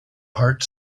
part